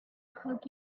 hug